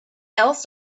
else